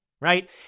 right